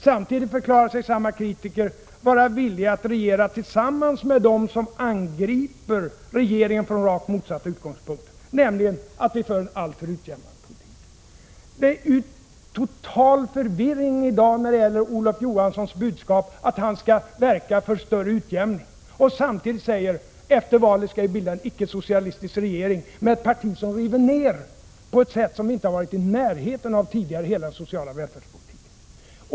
Samtidigt förklarar sig emellertid samma kritiker vara villiga att regera tillsammans med dem som angriper regeringen från rakt motsatt utgångspunkt, nämligen att vi för en alltför utjämnande politik. Det råder ju en total förvirring i dag när det gäller Olof Johanssons budskap, att han skall verka för större utjämning, samtidigt som han säger: Efter valet skall vi bilda en icke-socialistisk regering — med ett parti som river ner, på ett sätt som vi inte varit i närheten av tidigare i hela den sociala välfärdspolitiken.